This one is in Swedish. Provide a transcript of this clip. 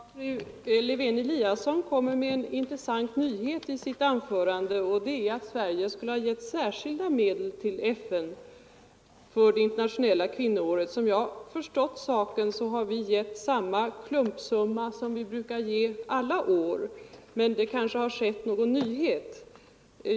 Herr talman! Fru Lewén-Eliasson kom med en intressant nyhet i sitt anförande, nämligen att Sverige skulle ha gett särskilda medel till FN för det internationella kvinnoåret. Som jag har förstått saken har vi gett samma klumpsumma som vi brukar ge alla år. Men det kanske har blivit någon nyhet.